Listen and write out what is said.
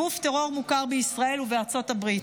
גוף טרור מוכר בישראל ובארצות הברית.